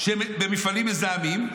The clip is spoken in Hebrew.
במפעלים מזהמים,